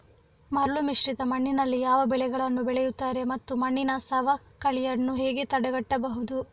ಮರಳುಮಿಶ್ರಿತ ಮಣ್ಣಿನಲ್ಲಿ ಯಾವ ಬೆಳೆಗಳನ್ನು ಬೆಳೆಯುತ್ತಾರೆ ಮತ್ತು ಮಣ್ಣಿನ ಸವಕಳಿಯನ್ನು ಹೇಗೆ ತಡೆಗಟ್ಟಬಹುದು?